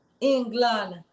England